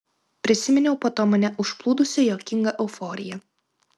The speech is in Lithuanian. prisiminiau po to mane užplūdusią juokingą euforiją